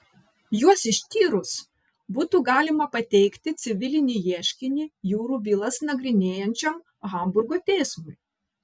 juos ištyrus būtų galima pateikti civilinį ieškinį jūrų bylas nagrinėjančiam hamburgo teismui